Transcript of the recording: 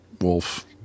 Wolf